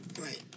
Right